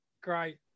Great